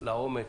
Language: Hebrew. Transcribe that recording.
לעומק